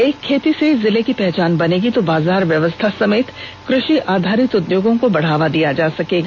एक खेती से जिले की पहचान बनेगी तो बाजार व्यवस्था समेत कृषि आधारित उद्योगों को बढ़ावा दिया जा सकेगा